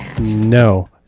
No